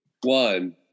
one